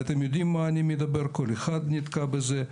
ואתם יודעים מה אני מדבר, כל אחד נתקל בזה.